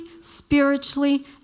spiritually